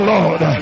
Lord